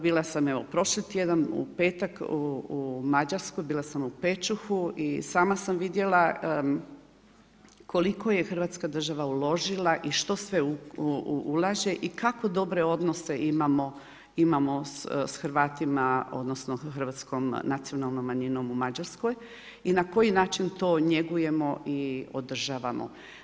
Bila sam evo, prošli tjedan, u petak u Mađarskoj, bila sam u Pečuhu i sama sam vidjela koliko je Hrvatska država uložila i što sve ulaže i kako dobre odnose imamo s Hrvatima, odnosno hrvatskom nacionalnom manjinom u Mađarskoj i na koji način to njegujemo i održavamo.